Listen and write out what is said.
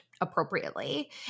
appropriately